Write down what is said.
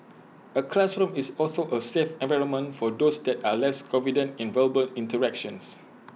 A classroom is also A safe environment for those that are less confident in verbal interactions